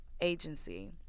agency